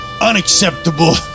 Unacceptable